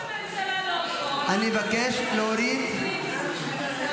נא להוריד את זה.